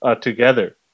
together